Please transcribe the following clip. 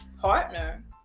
partner